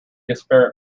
disparate